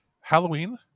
Halloween